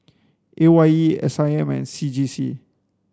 A Y E S I M and C J C